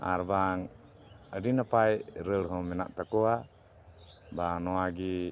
ᱟᱨ ᱵᱟᱝ ᱟᱹᱰᱤ ᱱᱟᱯᱟᱭ ᱨᱟᱹᱲ ᱦᱚᱸ ᱢᱮᱱᱟᱜ ᱛᱟᱠᱚᱣᱟ ᱵᱟᱝ ᱱᱚᱣᱟᱜᱮ